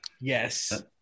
Yes